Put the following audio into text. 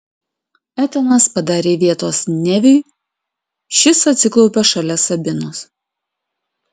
etanas padarė vietos neviui šis atsiklaupė šalia sabinos